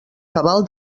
cabal